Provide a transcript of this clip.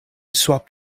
swapped